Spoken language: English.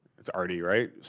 it's already, right,